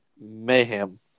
mayhem